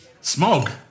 Smog